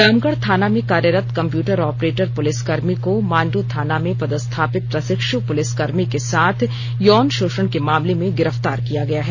रामगढ़ थाना में कार्यरत कंप्यूटर ऑपरेटर पुलिसकर्मी को मांडू थाना में पदस्थापित प्रशिक्ष् पुलिसकर्मी के साथ यौन शोषण के मामले में गिरफ्तार किया गया है